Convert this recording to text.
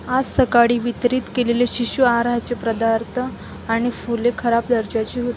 आज सकाळी वितरित केलेले शिशु आहाराचे पदार्थ आणि फुले खराब दर्जाची हो